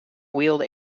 weald